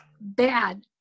bad